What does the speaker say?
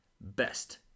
best